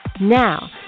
Now